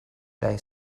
they